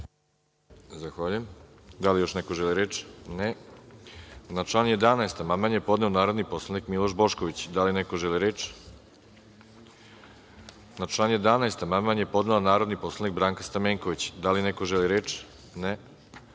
Zahvaljujem. Da li još neko želi reč? (Ne.)Na član 11. amandman je podneo narodni poslanik Miloš Bošković. Da li neko želi reč? (Ne.)Na član 11. amandman je podnela narodni poslanik Branka Stamenković. Da li neko želi reč?